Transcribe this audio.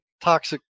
toxic